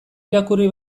irakurri